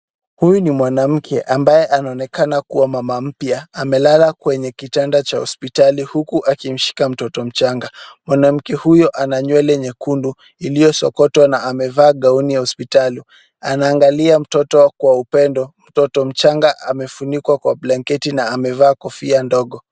Huyu ni mwanamke ambaye anaonekana kuwa mama mpya amelala kwenye kitanda cha hospitali huku akimshika mtoto mchanga. Mwanamke huyo ana nywele nyekundu iliyosokotwa na amevaa gauni ya hospitali. Anaangalia mtoto kwa upendo. Mtoto mchanga amefunikwa kwa blanketi na amevaa kofia ndogo.